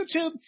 YouTube